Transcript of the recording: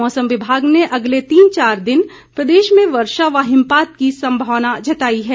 मौसम विभाग ने अगले तीन चार दिन प्रदेश में वर्षा व हिमपात की संभावना जताई है